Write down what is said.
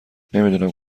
نمیدونم